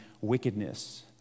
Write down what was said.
wickedness